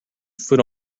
foot